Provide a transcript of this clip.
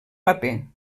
paper